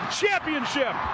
championship